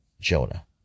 Jonah